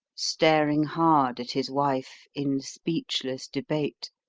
staring hard at his wife in speechless debate,